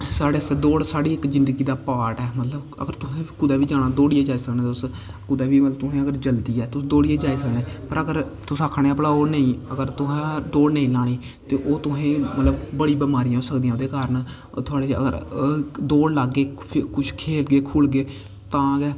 साढ़े आस्तै दौड़ साढ़ी इक जिंदगी दा पार्ट ऐ मतलब अगर तुसें कुदै बी जाना दौड़ियै जाई सकने तुस कुदै बी मतलब तुसें अगर जल्दी ऐ तुस दौड़ियै जाई सकने पर अगर तुस आक्खा ने ऐ भला ओह् नेईं अगर तुसें दौड़ नेईं लानी ते ओह् तुसें गी मतलब बड़ी बमारियां होई सकदियां ओह्दे कारण ओह् थुआढ़े च अगर दौड़ लागे कुछ खेल्लगे तां गै